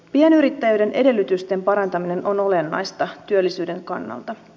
pienyrittäjyyden edellytysten parantaminen on olennaista työllisyyden kannalta